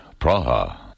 Praha